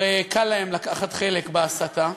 הרי קל להם לקחת חלק בהסתה,